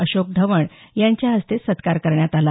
अशोक ढवण यांच्या हस्ते सत्कार करण्यात आला